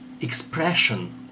expression